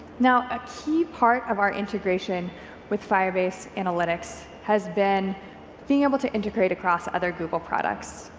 now, a key part of our integration with firebase analytics has been being able to integrate across other google products.